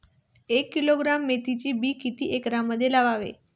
एक किलोग्रॅम मेथीचे बी किती एकरमध्ये लावावे?